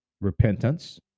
Repentance